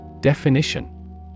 Definition